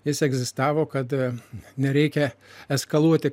jis egzistavo kad nereikia eskaluoti